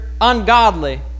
ungodly